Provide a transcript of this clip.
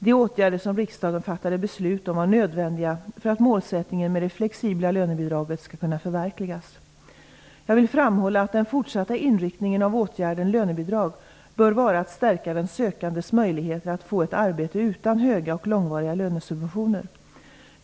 De åtgärder som riksdagen fattade beslut om var nödvändiga för att målsättningen om det flexibla lönebidraget skall kunna förverkligas. Jag vill framhålla att den fortsatta inriktningen av åtgärden lönebidrag bör vara att stärka den sökandes möjligheter att få ett arbete utan höga och långvariga lönesubventioner.